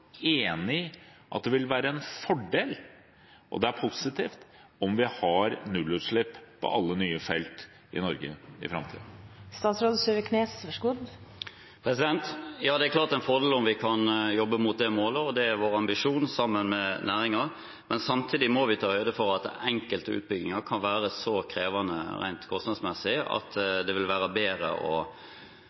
positivt, om vi har nullutslipp på alle nye felt i Norge i framtiden? Det er klart det er en fordel om vi kan jobbe mot det målet, og det er, sammen med næringen, vår ambisjon. Samtidig må vi ta høyde for at enkelte utbygginger kan være så krevende rent kostnadsmessig at det vil være bedre å